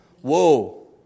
Whoa